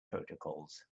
protocols